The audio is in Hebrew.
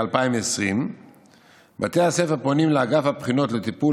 2020. בתי הספר פונים לאגף הבחינות לטיפול